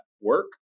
work